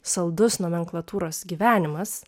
saldus nomenklatūros gyvenimas